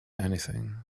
anything